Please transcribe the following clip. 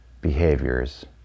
behaviors